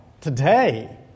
today